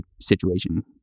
situation